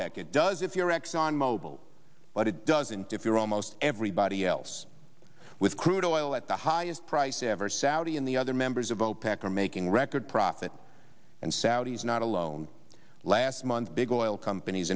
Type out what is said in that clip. opec it does if you're exxon mobil but it doesn't if you're almost everybody else with crude oil at the highest price ever saudi and the other members of opec are making record profit and saudis not alone last month big oil companies